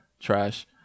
trash